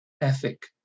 ethic